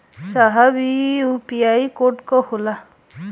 साहब इ UPI code का होला?